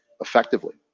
effectively